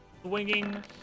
swinging